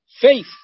faith